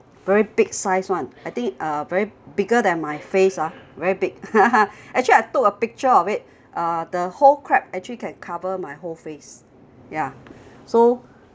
very big size one I think uh very bigger than my face ah very big actually I took a picture of it uh the whole crab actually can cover my whole face ya so